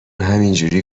همینجوری